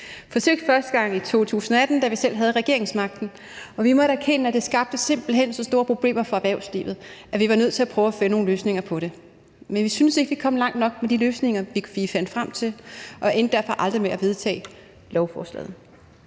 forsøgt første gang i 2018, da vi selv havde regeringsmagten, og vi måtte erkende, at det simpelt hen skabte så store problemer for erhvervslivet, at vi var nødt til at prøve at finde nogle løsninger på det. Men vi syntes ikke, at vi kom langt nok med de løsninger, vi fandt frem til, og endte derfor med aldrig at vedtage lovforslaget.